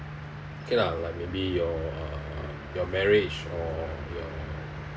okay lah like maybe your uh your marriage or your